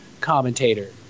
commentator